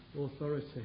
authority